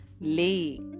lake